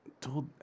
told